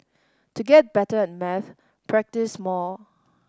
to get better at maths practise more